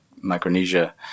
Micronesia